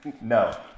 no